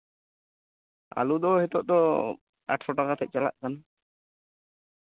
ᱟᱹᱞᱩ ᱫᱚ ᱱᱤᱛᱚᱜ ᱫᱚ ᱟᱴᱷᱨᱳ ᱴᱟᱠᱟ ᱠᱟᱛᱮᱫ ᱪᱟᱞᱟᱜ ᱠᱟᱱᱟ